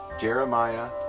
Jeremiah